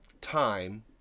time